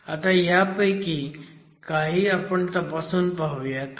आता ह्यापैकी काही आपण तपासून पाहुयात